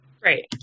Great